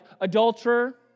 adulterer